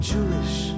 Jewish